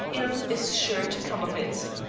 ill is sure to come of it.